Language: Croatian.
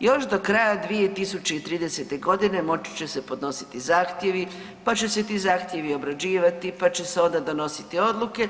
još do kraja 2030.g. moći će se podnositi zahtjevi, pa će se ti zahtjevi obrađivati, pa će se onda donositi odluke.